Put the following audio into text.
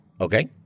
Okay